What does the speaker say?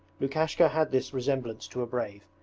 lukashka had this resemblance to a brave.